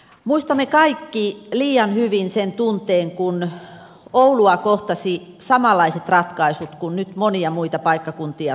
muistamme kaikki liian hyvin sen tunteen kun oulua kohtasivat samanlaiset ratkaisut kuin nyt monia muita paikkakuntia suomessa